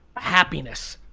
happiness.